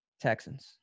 Texans